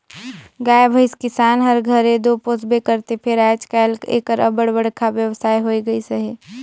गाय भंइस किसान हर घरे दो पोसबे करथे फेर आएज काएल एकर अब्बड़ बड़खा बेवसाय होए गइस अहे